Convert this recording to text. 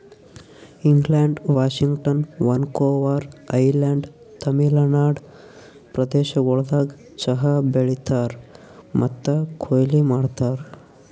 England, Washington, Vancouver island, Tamil Nadu ಪ್ರದೇಶಗೊಳ್ದಾಗ್ ಚಹಾ ಬೆಳೀತಾರ್ ಮತ್ತ ಕೊಯ್ಲಿ ಮಾಡ್ತಾರ್